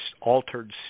altered